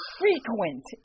frequent